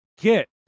get